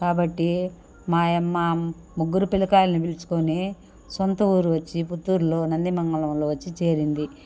కాబట్టి మాయమ్మ ముగ్గురు పిల్లకాయలను పిలుచుకొని సొంత ఊరు వచ్చి పుత్తూరులో నందిమంగళములో వచ్చి చేరింది